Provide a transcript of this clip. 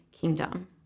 kingdom